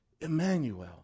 emmanuel